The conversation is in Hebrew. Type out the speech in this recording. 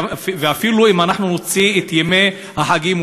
ואפילו אם נוציא את ימי החגים,